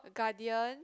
Guardian